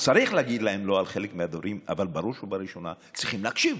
צריך להגיד להם לא על חלק מהדברים אבל בראש ובראשונה צריכים להקשיב.